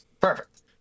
Perfect